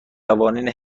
قوانین